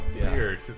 weird